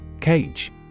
Cage